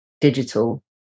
digital